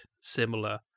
similar